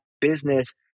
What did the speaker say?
business